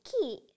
key